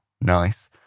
nice